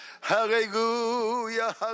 hallelujah